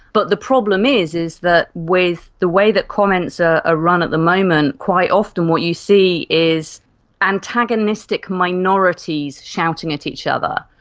but the problem is is that with the way that comments are ah ah run at the moment, quite often what you see is antagonistic minorities shouting at each other,